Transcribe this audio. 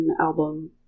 album